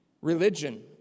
Religion